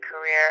career